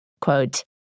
Quote